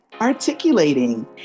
Articulating